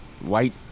White